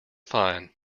fine